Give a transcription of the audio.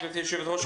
גברתי היושבת-ראש,